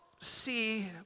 see